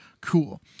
cool